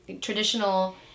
traditional